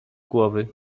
głowy